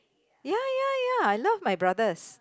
ya ya ya I love my brothers